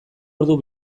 ordu